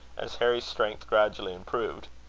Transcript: as harry's strength gradually improved.